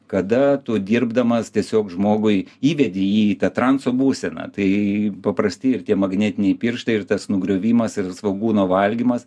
kada tu dirbdamas tiesiog žmogui įvedi jį į tą transo būseną tai paprasti ir tie magnetiniai pirštai ir tas nugriovimas ir svogūno valgymas